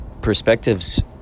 perspectives